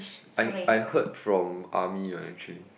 I I heard from army one actually